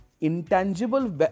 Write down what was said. intangible